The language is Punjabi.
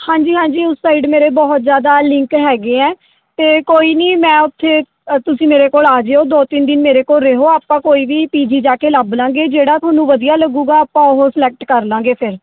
ਹਾਂਜੀ ਹਾਂਜੀ ਉਸ ਸਾਈਡ ਮੇਰੇ ਬਹੁਤ ਜ਼ਿਆਦਾ ਲਿੰਕ ਹੈਗੇ ਹੈ ਅਤੇ ਕੋਈ ਨਹੀਂ ਮੈਂ ਉੱਥੇ ਤੁਸੀਂ ਮੇਰੇ ਕੋਲ ਆ ਜਿਓ ਦੋ ਤਿੰਨ ਦਿਨ ਮੇਰੇ ਕੋਲ ਰਿਹੋ ਆਪਾਂ ਕੋਈ ਵੀ ਪੀ ਜੀ ਜਾ ਕੇ ਲੱਭ ਲਵਾਂਗੇ ਜਿਹੜਾ ਤੁਹਾਨੂੰ ਵਧੀਆ ਲੱਗੇਗਾ ਆਪਾਂ ਉਹ ਸਲੈਕਟ ਕਰ ਲਵਾਂਗੇ ਫਿਰ